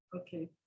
okay